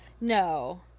No